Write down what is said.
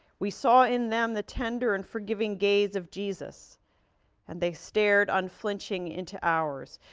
we saw in them the tender and forgiving gaze of jesus and they stared unflinching into ours.